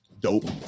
Dope